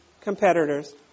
competitors